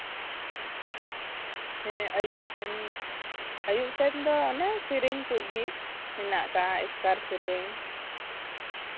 ᱦᱮᱸ ᱟᱭᱩᱯ ᱥᱮᱱ ᱟᱭᱩᱯ ᱥᱮᱱ ᱫᱚ ᱚᱱᱮ ᱥᱤᱨᱤᱧ ᱠᱩᱡ ᱜᱮ ᱢᱮᱱᱟᱜ ᱟᱠᱟᱫᱼᱟ ᱮᱥᱠᱟᱨ ᱥᱤᱨᱤᱧ